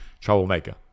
troublemaker